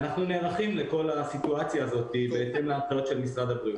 ואנחנו נערכים לכל הסיטואציה הזאת בהתאם להנחיות של משרד הבריאות.